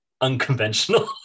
unconventional